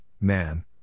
man